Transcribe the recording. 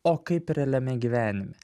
o kaip realiame gyvenime